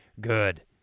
good